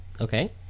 okay